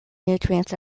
nutrients